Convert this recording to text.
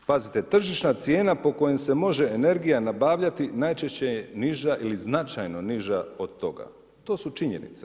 Pazite, tržišna cijena po kojem se može energija nabavljati najčešće je niža ili značajno niža od toga, to su činjenice.